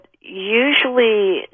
usually